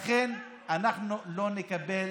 לכן אנחנו לא נקבל